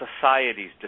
society's